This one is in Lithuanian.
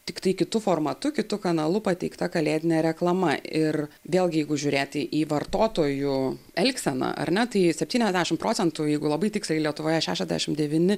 tiktai kitu formatu kitu kanalu pateikta kalėdinė reklama ir vėlgi jeigu žiūrėti į vartotojų elgseną ar ne tai septyniasdešim procentų jeigu labai tiksliai lietuvoje šešiasdešim devyni